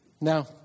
Now